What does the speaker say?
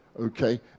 okay